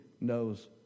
knows